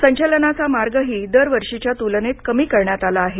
संचलनाचा मार्गही दर वर्षीच्या तुलनेत कमी करण्यात आला आहे